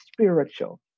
spiritual